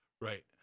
right